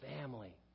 family